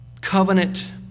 Covenant